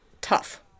tough